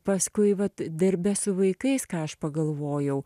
paskui vat darbe su vaikais ką aš pagalvojau